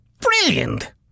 Brilliant